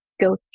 go